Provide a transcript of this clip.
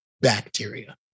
bacteria